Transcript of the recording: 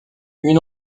une